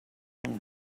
him